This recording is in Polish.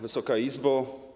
Wysoka Izbo!